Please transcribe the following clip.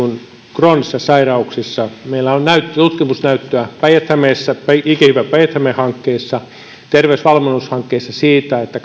kroonisissa sairauksissa meillä on tutkimusnäyttöä päijät hämeessä ikihyvä päijät häme terveysvalmennushankkeessa siitä että